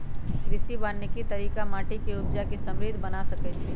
कृषि वानिकी तरिका माटि के उपजा के समृद्ध बना सकइछइ